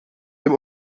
dem